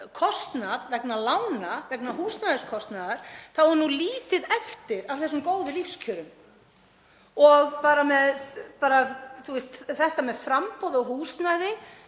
kostnað vegna lána, vegna húsnæðiskostnaðar, þá er nú lítið eftir af þessum góðu lífskjörum. Þetta með framboð á húsnæði,